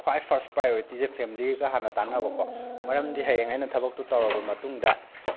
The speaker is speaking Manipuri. ꯈ꯭ꯋꯥꯏ ꯐꯥꯔꯁ ꯄ꯭ꯔꯥꯏꯌꯣꯔꯤꯇꯤꯁꯦ ꯐꯦꯃꯂꯤꯒ ꯍꯥꯟꯅ ꯇꯥꯟꯅꯕꯀꯣ ꯃꯔꯝꯗꯤ ꯍꯌꯦꯡ ꯑꯩꯅ ꯊꯕꯛꯇꯨ ꯇꯧꯔꯕ ꯃꯇꯨꯡꯗ